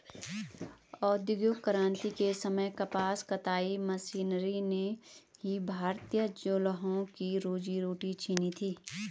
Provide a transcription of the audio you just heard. औद्योगिक क्रांति के समय कपास कताई मशीनरी ने ही भारतीय जुलाहों की रोजी रोटी छिनी थी